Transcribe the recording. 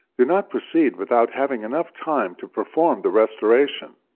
do not proceed without having enough time to perform the restoration.